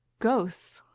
ghosts!